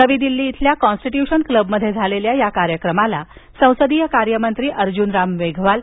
नवी दिल्ली इथं कॉस्टीटयूशन क्लबमध्ये झालेल्या या कार्यक्रमाला संसदीय कार्यमंत्री अर्जुन राम मेघवाल